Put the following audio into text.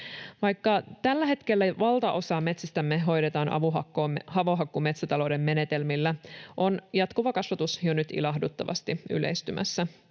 Vaikka tällä hetkellä valtaosaa metsistämme hoidetaan avohakkuumetsätalouden menetelmillä, on jatkuva kasvatus jo nyt ilahduttavasti yleistymässä.